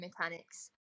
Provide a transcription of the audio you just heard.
mechanics